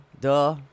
Duh